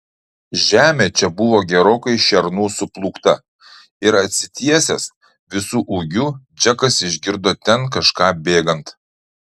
žemė čia buvo gerokai šernų suplūkta ir atsitiesęs visu ūgiu džekas išgirdo ten kažką bėgant